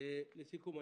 לסיכום,